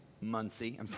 Muncie